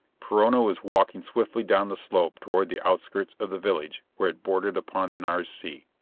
perona was walking swiftly down the slope toward the outskirts of the village where it bordered upon the nares sea.